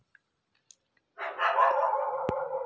tax देशक बिकास मे नबका धार दैत छै